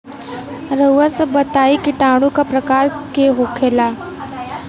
रउआ सभ बताई किटाणु क प्रकार के होखेला?